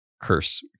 curse